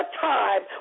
time